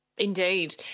Indeed